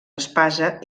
espasa